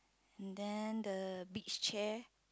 and then the beach chair